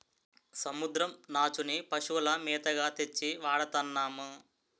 సముద్రం నాచుని పశువుల మేతగా తెచ్చి వాడతన్నాము